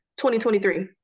2023